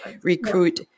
recruit